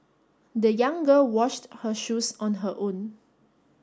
the young girl washed her shoes on her own